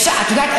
את יודעת,